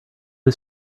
was